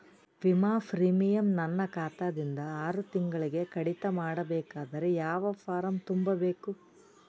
ವಿಮಾ ಪ್ರೀಮಿಯಂ ನನ್ನ ಖಾತಾ ದಿಂದ ಆರು ತಿಂಗಳಗೆ ಕಡಿತ ಮಾಡಬೇಕಾದರೆ ಯಾವ ಫಾರಂ ತುಂಬಬೇಕು?